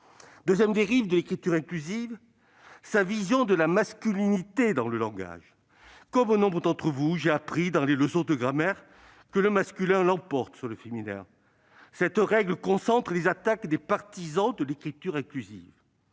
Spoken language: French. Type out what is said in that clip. deuxième dérive de l'écriture inclusive est sa vision de la masculinité dans le langage. Comme nombre d'entre vous, j'ai appris, dans les leçons de grammaire, que « le masculin l'emporte sur le féminin ». Cette règle concentre les attaques des partisans de l'écriture inclusive.